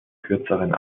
kürzeren